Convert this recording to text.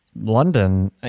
London